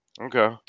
Okay